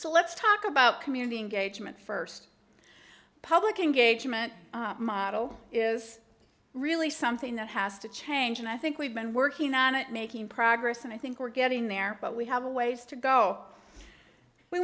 so let's talk about community engagement first public engagement model is really something that has to change and i think we've been working on it making progress and i think we're getting there but we have a ways to go we